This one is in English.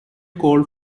coal